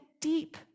deep